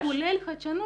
כולל חדשנות,